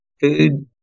food